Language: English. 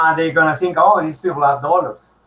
um they gonna think all these people have dollars?